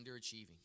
underachieving